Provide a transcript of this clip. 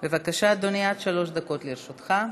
בבקשה, אדוני, עד שלוש דקות לרשותך.